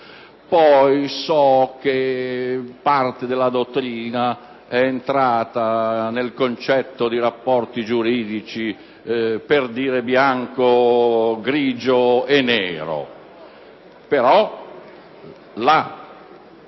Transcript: So che parte della dottrina è entrata nel concetto dei rapporti giuridici per dire bianco, grigio e nero, ma la